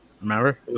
Remember